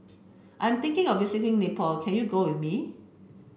I'm thinking of visiting Nepal can you go with me